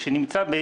מי נמנע?